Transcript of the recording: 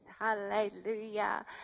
Hallelujah